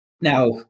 Now